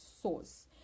source